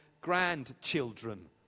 grandchildren